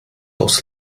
aus